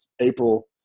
April